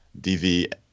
DV